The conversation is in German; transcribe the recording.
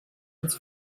uns